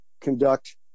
conduct